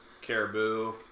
Caribou